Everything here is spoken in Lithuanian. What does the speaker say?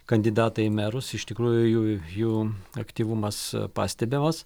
kandidatai į merus iš tikrųjų jų jų aktyvumas pastebimas